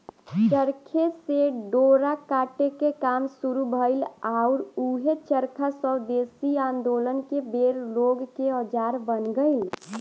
चरखे से डोरा काटे के काम शुरू भईल आउर ऊहे चरखा स्वेदेशी आन्दोलन के बेर लोग के औजार बन गईल